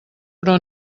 però